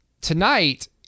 tonight